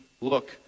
look